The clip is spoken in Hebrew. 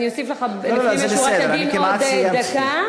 אני אוסיף לך לפנים משורת הדין עוד דקה.